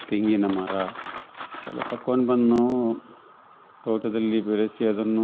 ತೆಂಗಿನ ಮರ ಎಲ್ಲಾ ತಕೊಂಡ್ ಬಂದು ನಾವು ತೋಟದಲ್ಲಿ ಬೆಳೆಸಿ ಅದನ್ನು